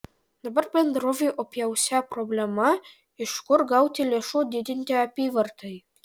dabar bendrovei opiausia problema iš kur gauti lėšų didinti apyvartai